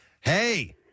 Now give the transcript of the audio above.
Hey